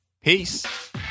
Peace